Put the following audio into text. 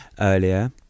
earlier